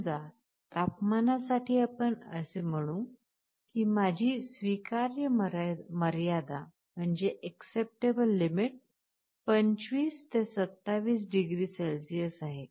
समजा तपमानासाठी आपण असे म्हणू की माझी स्वीकार्य मर्यादा 25 ते 27 डिग्री सेल्सिअस आहे